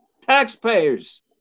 taxpayers